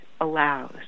allows